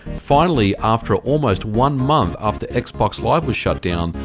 finally, after almost one month after xbox live was shut down,